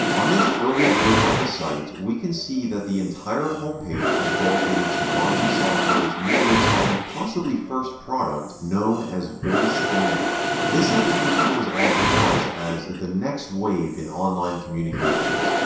on this early version of the site, we can see that the entire home page is dedicated to bonzi software's newest and possibly first product known as voice this application was advertised as the next wave in online communications!